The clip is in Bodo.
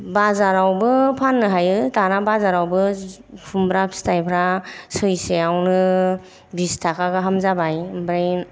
बाजारावबो फान्नो हायो दाना बाजारावबो खुमब्रा फिथायफ्रा सैसेयावनो बिस थाखा गाहाम जाबाय ओमफ्राय